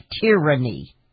tyranny